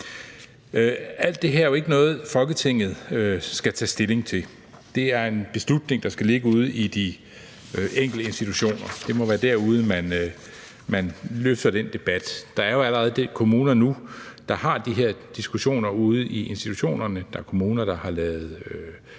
Alt det her er jo ikke noget, Folketinget skal tage stilling til. Det er en beslutning, der skal ligge ude i de enkelte institutioner. Det må være derude, man løfter den debat. Der er jo allerede nu kommuner, der har de her diskussioner ude i institutionerne. Der er kommuner, der har lavet